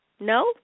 No